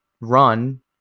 run